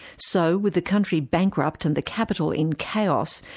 so with the country bankrupt and the capital in chaos,